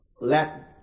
let